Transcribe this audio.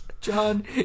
John